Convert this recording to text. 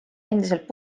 endiselt